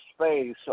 space